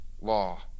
law